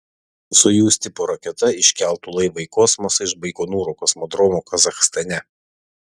sojuz tipo raketa iškeltų laivą į kosmosą iš baikonūro kosmodromo kazachstane